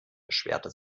beschwerte